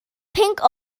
pink